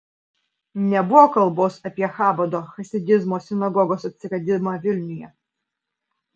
nebuvo kalbos apie chabado chasidizmo sinagogos atsiradimą vilniuje